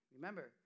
Remember